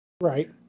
Right